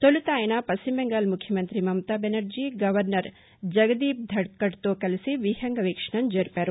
తొలుత ఆయన పశ్చిమ బెంగాల్ ముఖ్యమంతి మమతా బెనర్జీ గవర్నర్ జగదీప్ ధన్కడ్తో కలిసి విహంగ వీక్షణం జరిపారు